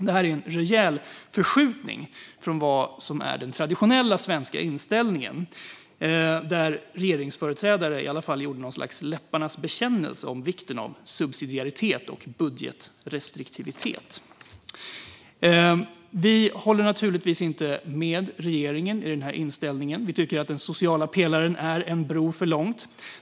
Det är en rejäl förskjutning från vad som är den traditionella svenska inställningen, där regeringsföreträdare i alla fall gjorde något slags läpparnas bekännelse om vikten av subsidiaritet och budgetrestriktivitet. Vi håller naturligtvis inte med regeringen i den här inställningen. Vi tycker att den sociala pelaren är en bro för mycket.